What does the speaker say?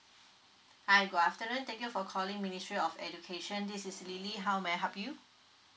hi good afternoon thank you for calling ministry of education this is lily how may I help you